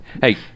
Hey